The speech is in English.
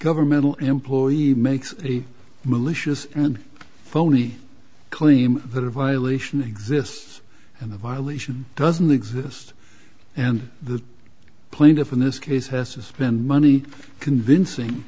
governmental employee makes a malicious and phony claim that a violation exists and the violation doesn't exist and the plaintiff in this case has been money convincing